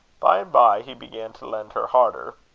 by-and-by he began to lend her harder,